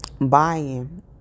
buying